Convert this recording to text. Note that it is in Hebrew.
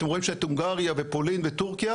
אתם רואים שבהונגריה פולין וטורקיה,